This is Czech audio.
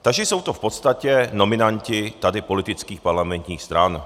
Takže jsou to v podstatě nominanti tady politických parlamentních stran.